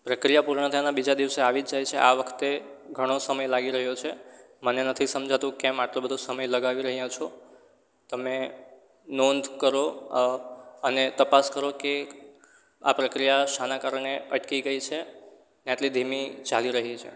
પ્રક્રિયા પૂર્ણ થયાના બીજા દિવસે આવી જ જાય છે આ વખતે ઘણો સમય લાગી રહ્યો છે મને નથી સમજાતું કેમ આટલો બધો સમય લગાવી રહ્યા છો તમે નોંધ કરો અને તપાસ કરો કે આ પ્રક્રિયા શાના કારણે અટકી ગઈ છે આટલી ધીમી ચાલી રહી છે